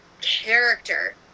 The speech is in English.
character